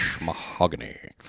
mahogany